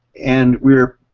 and we're